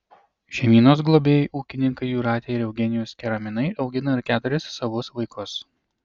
šeimynos globėjai ūkininkai jūratė ir eugenijus keraminai augina ir keturis savus vaikus